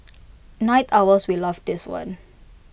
night owls will love this one